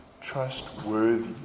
trustworthy